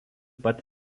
pat